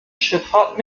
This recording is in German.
schifffahrt